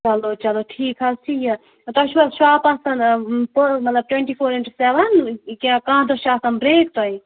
چلو چلو ٹھیٖک حظ چھُ یہِ تۄہہِ چھُو حظ شاپ آسان پہ مطلب ٹُوَنٹی فور اِنٹوٗ سٮ۪وَن کیٛاہ کانٛہہ دۄہ چھِ آسان برٛیک تۄہہِ